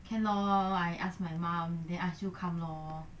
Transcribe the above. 看 lor I ask my mum 的 ask 就看 lor